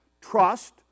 Trust